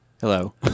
Hello